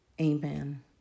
Amen